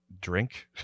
drink